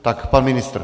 Tak pan ministr.